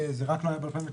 זה רק מ-2019,